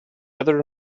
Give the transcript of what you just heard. other